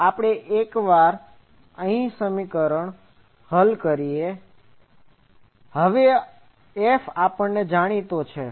તો એકવાર હું આ સમીકરણ હલ કરું છું એનો અર્થ એ કેF હવે જાણીતો છે